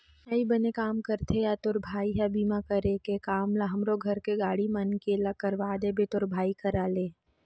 अई बने काम करथे या तोर भाई ह बीमा करे के काम ल हमरो घर के गाड़ी मन के ला करवा देबे तो तोर भाई करा ले